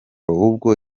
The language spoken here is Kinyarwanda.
ubwo